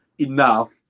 enough